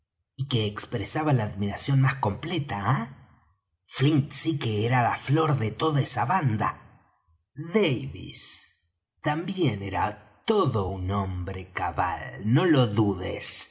y que expresaba la admiración más completa ah flint sí que era la flor de toda esa banda davis también era todo un hombre cabal no lo dudes